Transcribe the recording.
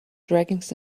dragons